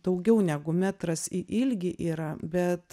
daugiau negu metras į ilgį yra bet